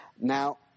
Now